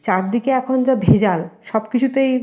চারদিকে এখন যা ভেজাল সব কিছুতেই